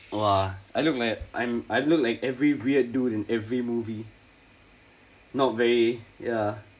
!wah! I look like I'm I've looked like every weird dude in every movie not very ya